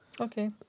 Okay